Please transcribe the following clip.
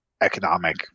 economic